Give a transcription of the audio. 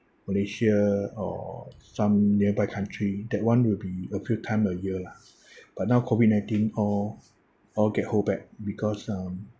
malaysia or some nearby country that one will be a few time a year lah but now COVID nineteen all all get hold back because um